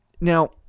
Now